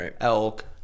elk